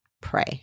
pray